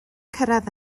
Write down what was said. cyrraedd